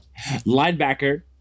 Linebacker